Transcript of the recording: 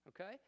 okay